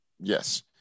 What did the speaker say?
yes